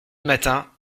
matin